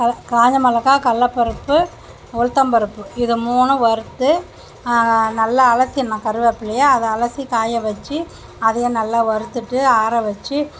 காஞ்ச மிளகா கடல பருப்பு உளுத்தம்பருப்பு இது மூணும் வறுத்து நல்லா அலசிடணும் கருவேப்பில்லய அதை அலசி காய வச்சு அதையும் நல்லா வறுத்துவிட்டு ஆற வச்சு